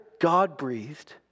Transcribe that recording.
God-breathed